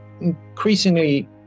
increasingly